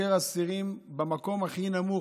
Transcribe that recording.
ומבקר אסירים במקום הכי נמוך.